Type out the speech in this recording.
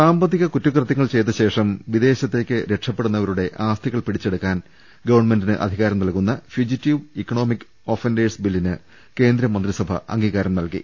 സാമ്പത്തിക കുറ്റകൃത്യങ്ങൾ ചെയ്തശേഷം വിദേശത്തേക്ക് രക്ഷ പ്പെടുന്നവരുടെ ആസ്തികൾ പിടിച്ചെടുക്കാൻ ഗവൺമെന്റിന് അധികാരം നൽകുന്ന ഫ്യുജിറ്റീവ് ഇക്കണോമിക് ഒഫന്റേഴ്സ് ബില്ലിന് കേന്ദ്രമന്ത്രി സഭ അംഗീകാരം നൽകി